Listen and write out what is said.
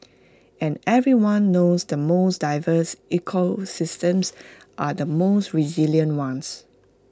and everyone knows the most diverse ecosystems are the most resilient ones